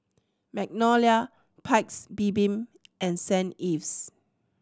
Magnolia Paik's Bibim and Saint Ives